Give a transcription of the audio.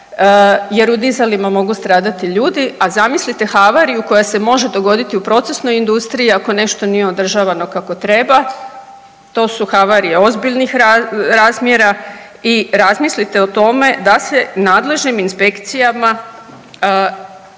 jer u dizalima mogu stradati ljudi, a zamislite havariju koja se može dogoditi u procesnoj industriji ako nešto nije održavano kako treba. To su havarije ozbiljnih razmjera i razmislite o tome da se nadležnim inspekcijama osigura